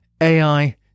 AI